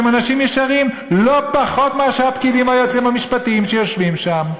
שהם אנשים ישרים לא פחות מהפקידים היועצים המשפטיים שיושבים שם.